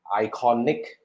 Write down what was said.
iconic